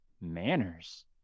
Manners